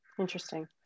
interesting